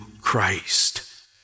Christ